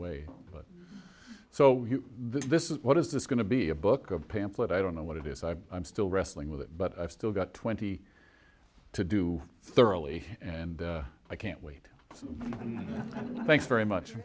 way but so this is what is this going to be a book of pamphlet i don't know what it is i am still wrestling with it but i've still got twenty to do thoroughly and i can't wait and thanks very much